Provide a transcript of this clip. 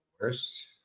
worst